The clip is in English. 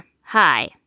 hi